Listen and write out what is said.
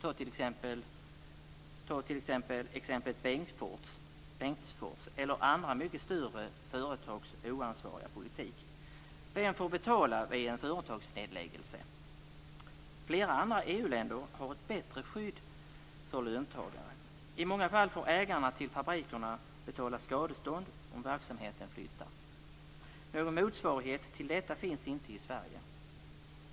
Ett exempel på detta är det som hände i Bengtsfors. Det finns också andra stora företag som för en oansvarig politik. Vem får betala vid en företagsnedläggelse? Flera andra EU-länder har ett bättre skydd för löntagare. I många fall får ägarna till fabrikerna betala skadestånd om verksamheten flyttar. Någon motsvarighet till detta finns inte i Sverige.